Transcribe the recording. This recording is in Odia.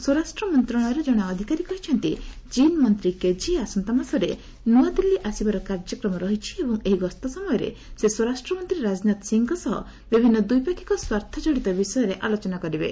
ସ୍ୱରାଷ୍ଟ୍ର ମନ୍ତ୍ରଣାଳୟର ଜଣେ ଅଧିକାରୀ କହିଛନ୍ତି ଚୀନ ମନ୍ତ୍ରୀ କେଝି ଆସନ୍ତାମାସରେ ନୂଆଦିଲ୍ଲୀ ଆସିବାର କାର୍ଯ୍ୟକ୍ରମ ରହିଛି ଏବଂ ଏହି ଗସ୍ତ ସମୟରେ ସେ ସ୍ୱରାଷ୍ଟ୍ରମନ୍ତ୍ରୀ ରାଜନାଥ ସିଂଙ୍କ ସହ ବିଭିନ୍ନ ଦ୍ୱିପାକ୍ଷିକ ସ୍ୱାର୍ଥଜଡିତ ବିଷୟରେ ଆଲୋଚନା କରିବେ